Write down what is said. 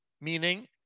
meaning